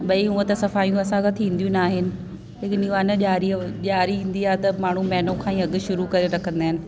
भई हूअं त सफ़ाइयूं असांखां थींदियूं न आहिनि लेकिन इन बहाने ॾिआरी ॾिआरी ईंदी आहे त माण्हू महीनो खां ई अॻु शुरू करे रखंदा आहिनि